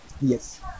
Yes